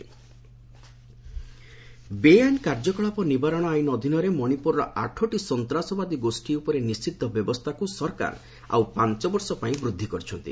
ଗଭ୍ ମଣିପୂର ବେଆଇନ୍ କାର୍ଯ୍ୟକଳାପ ନିବାରଣ ଆଇନ୍ ଅଧୀନରେ ମଣିପୁରର ଆଠଟି ସନ୍ତାସବାଦୀ ଗୋଷୀ ଉପରେ ନିଷିଦ୍ଧ ବ୍ୟବସ୍ଥାକୁ ସରକାର ଆଉ ପାଞ୍ଚ ବର୍ଷ ପାଇଁ ବୃଦ୍ଧି କରିଛନ୍ତି